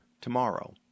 tomorrow